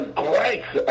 grace